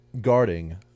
guarding